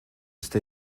stay